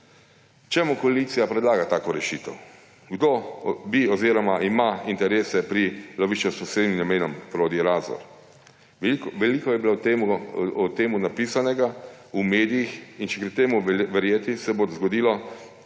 Čemu koalicija predlaga tako rešitev? Kdo ima interese pri lovišču s posebnim namenom Prodi-Razor? Veliko je bilo o tem napisanega v medijih in če gre temu verjeti, se bo zgodilo,